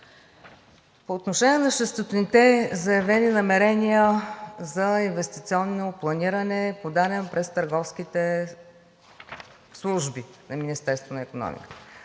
По отношение на 600-те заявени намерения за инвестиционно планиране, подадени през търговските служби на Министерството на икономиката.